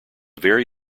very